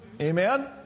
Amen